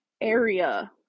area